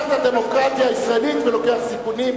הדמוקרטיה הישראלית ולוקח סיכונים,